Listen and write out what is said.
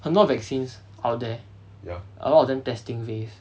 很多 vaccines out there a lot of them testing phase